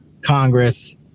Congress